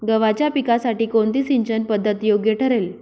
गव्हाच्या पिकासाठी कोणती सिंचन पद्धत योग्य ठरेल?